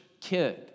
kid